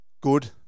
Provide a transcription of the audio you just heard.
good